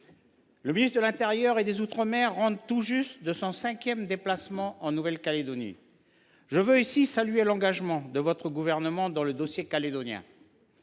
Le ministre de l’intérieur et des outre mer rentre tout juste de son cinquième déplacement en Nouvelle Calédonie. Je veux ici saluer l’engagement de votre gouvernement dans le dossier calédonien.